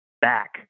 back